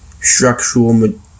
structural